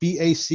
BAC